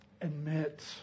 admit